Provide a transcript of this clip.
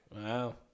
Wow